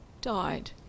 died